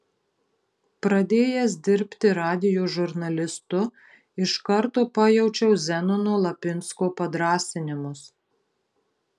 pradėjęs dirbti radijo žurnalistu iš karto pajaučiau zenono lapinsko padrąsinimus